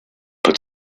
put